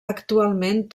actualment